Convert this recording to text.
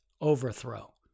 overthrow